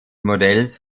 modells